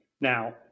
Now